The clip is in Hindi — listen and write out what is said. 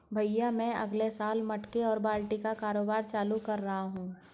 भैया मैं अगले साल मटके और बाल्टी का कारोबार चालू कर रहा हूं